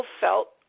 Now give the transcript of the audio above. felt